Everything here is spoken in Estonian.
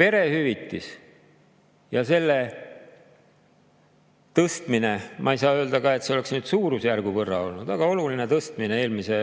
Perehüvitis ja selle tõstmine – ma ei saa öelda, et see tõstmine oleks nüüd suurusjärgu võrra olnud, aga see oli oluline tõstmine eelmise